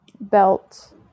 belt